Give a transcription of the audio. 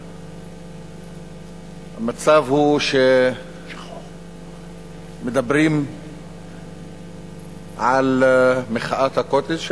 המצב הוא שמדברים על מחאת ה"קוטג'" ואני,